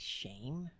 shame